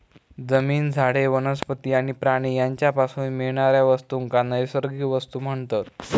जमीन, झाडे, वनस्पती आणि प्राणी यांच्यापासून मिळणाऱ्या वस्तूंका नैसर्गिक वस्तू म्हणतत